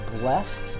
blessed